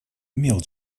имел